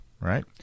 right